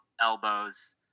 elbows